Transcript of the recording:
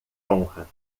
honra